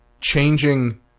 changing